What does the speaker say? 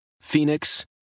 Phoenix